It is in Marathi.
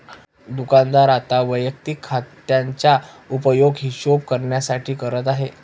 दुकानदार आता वैयक्तिक खात्याचा उपयोग हिशोब करण्यासाठी करत आहे